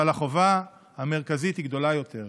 אבל החובה המרכזית היא גדולה יותר,